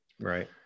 Right